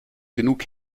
genug